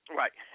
right